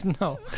No